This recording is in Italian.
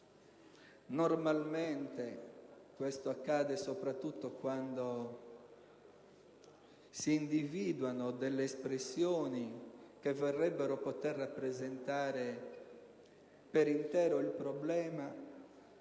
Normalmente - questo accade soprattutto quando si individuano delle espressioni che vorrebbero poter rappresentare per intero il problema